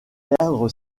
perdre